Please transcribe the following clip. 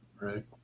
right